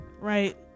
right